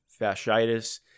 fasciitis